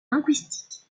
linguistiques